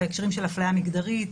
בהקשרים של הפליה מגדרים,